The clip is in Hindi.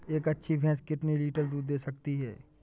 एक अच्छी भैंस कितनी लीटर दूध दे सकती है?